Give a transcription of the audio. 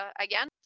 again